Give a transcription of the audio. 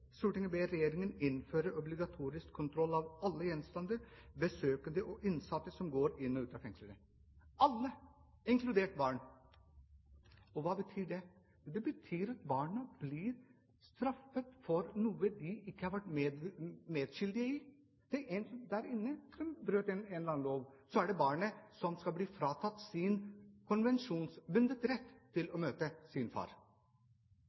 ber regjeringen innføre obligatorisk kontroll av alle gjenstander, besøkende og innsatte som går inn og ut av fengselet.» «Alle», inkludert barn – hva betyr det? Det betyr at barna blir straffet for noe de ikke har vært medskyldige i. Når én der inne har brutt en eller annen lov, er det barnet som blir fratatt sin konvensjonsbundne rett til å møte sin far.